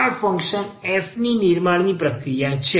આ function f ની નિર્માણની પ્રક્રિયા છે